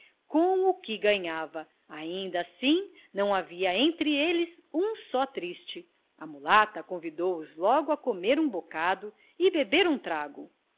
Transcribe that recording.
o que ganhava ainda assim não havia entre eles um só triste a mulata convidou os logo a comer um bocado e beber um trago